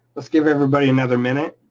let's give everybody another minute,